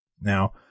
now